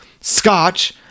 scotch